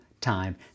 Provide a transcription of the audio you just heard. time